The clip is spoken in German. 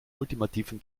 ultimativen